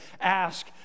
ask